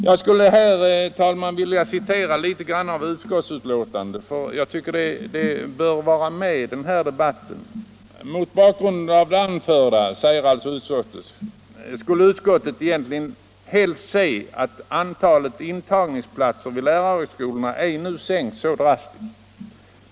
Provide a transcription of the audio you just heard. Jag vill, herr talman, citera något ur utskottsbetänkandet, eftersom jag tycker att det bör vara med i denna debatt: ”Mot bakgrund av det anförda skulle utskottet egentligen helst se att antalet intagningsplatser vid lärarhögskolorna ej nu sänktes så drastiskt.